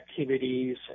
activities